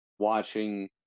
Watching